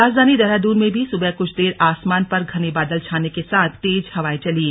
राजधानी देहरादून में भी सुबह कुछ देर आसमान पर घने बोदल छाने के साथ तेज हवाएं चलीं